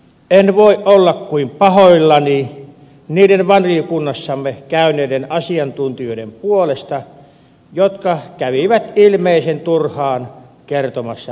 en voi olla kuin pahoillani niiden valiokunnassamme käyneiden asiantuntijoiden puolesta jotka kävivät ilmeisen turhaan kertomassa näkemyksiään